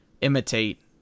imitate